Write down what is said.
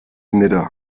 nidda